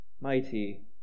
Mighty